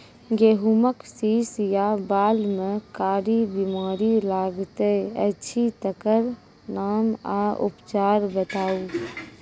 गेहूँमक शीश या बाल म कारी बीमारी लागतै अछि तकर नाम आ उपचार बताउ?